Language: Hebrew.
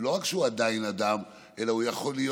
ולא רק שהוא עדיין אדם אלא הוא יכול להיות